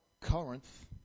Corinth